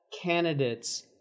candidates